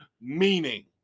meaning